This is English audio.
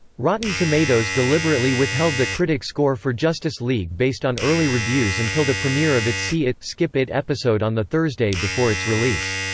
rotten tomatoes deliberately withheld the critic score for justice league based on early reviews until the premiere of its see it skip it episode on the thursday before its release.